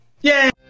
Yay